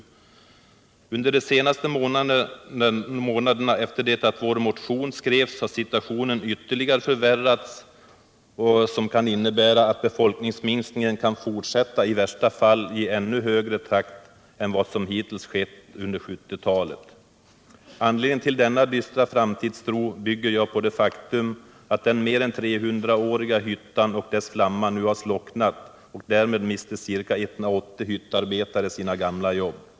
127 Under de senaste månaderna efter det att vår motion skrevs har situationen ytterligare förvärrats och kan innebära att befolkningsminskningen fortsätter, i värsta fall i ännu högre takt än vad som hittills har skett under 1970 talet. Denna dystra framtidstro bygger jag på det faktum att den mer än 300-åriga hyttan och dess flamma nu har slocknat. Därmed miste ca 180 hyttarbetare sina gamla jobb.